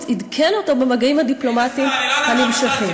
ועדכן אותו במגעים הדיפלומטיים הנמשכים.